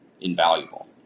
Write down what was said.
invaluable